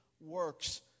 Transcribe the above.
works